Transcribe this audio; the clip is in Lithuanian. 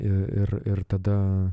ir ir tada